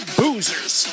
boozers